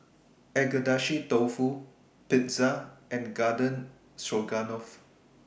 Agedashi Dofu Pizza and Garden Stroganoff